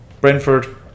Brentford